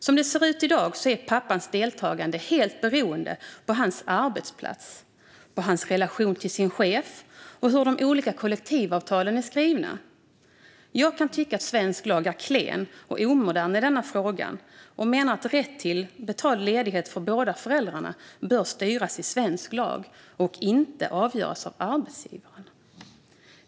Som det ser ut i dag är pappans deltagande helt beroende på hans arbetsplats, på hans relation till sin chef och på hur de olika kollektivavtalen är skrivna. Jag kan tycka att svensk lag är klen och omodern i denna fråga och menar att rätt till betald ledighet för båda föräldrarna bör styras i svensk lag och inte avgöras av arbetsgivaren.